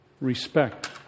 respect